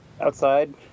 outside